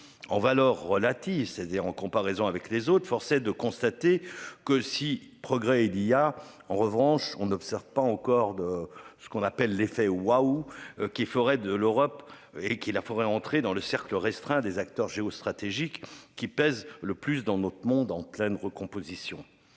En valeur relative en comparaison avec les autres. Force est de constater que si progrès Elia. En revanche, on n'observe pas encore de ce qu'on appelle l'effet wahou qui ferait de l'Europe et qui la ferait entrer dans le cercle restreint des acteurs géostratégique qui pèse le plus dans notre monde en pleine recomposition.